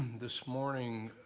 this morning